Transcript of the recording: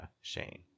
shane